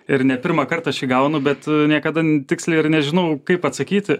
ir ne pirmą kartą aš jį gaunu bet niekada tiksliai ir nežinau kaip atsakyti